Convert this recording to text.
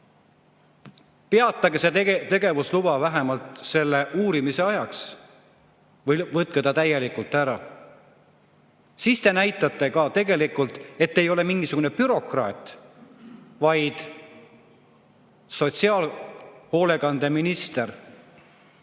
peatage see tegevusluba vähemalt uurimise ajaks või võtke ta täielikult ära. Siis te näitate ka tegelikult, et te ei ole mingisugune bürokraat, vaid sotsiaalhoolekande [eest